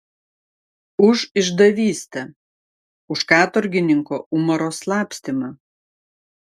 už išdavystę už katorgininko umaro slapstymą